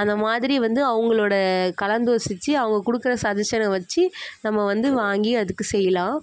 அந்தமாதிரி வந்து அவங்களோட கலந்தோசித்து அவங்க கொடுக்குற சட்ஜஸனை வச்சு நம்ம வந்து வாங்கி அதுக்கு செய்யலாம்